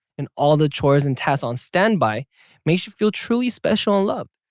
and all the chores and tasks on standby makes you feel truly special in love.